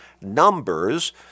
Numbers